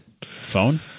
Phone